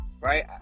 Right